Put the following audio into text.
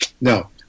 No